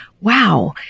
wow